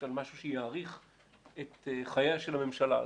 על משהו שיאריך את חייה של הממשלה הזאת,